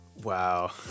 Wow